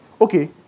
Okay